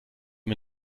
wir